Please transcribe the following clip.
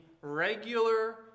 regular